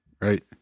Right